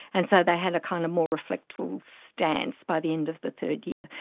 and so they had a kind of more reflectful stance by the end of the third year.